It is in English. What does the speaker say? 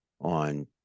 on